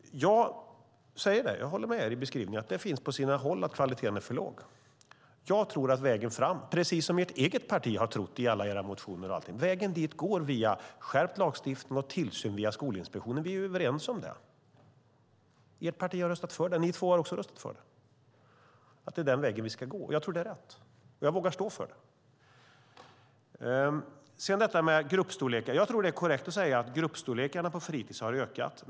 Jag håller med om er beskrivning. På sina håll är kvaliteten för låg. Och precis som ert eget parti har trott i alla era motioner och allting tror jag att vägen framåt går via skärpt lagstiftning och tillsyn via Skolinspektionen. Vi är överens om det. Ert parti har röstat för det, även ni två. Det är den vägen vi ska gå. Jag tror att det är rätt, och jag vågar stå för det. Jag tror att det är korrekt att säga att gruppstorlekarna har ökat på fritis.